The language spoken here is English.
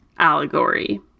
allegory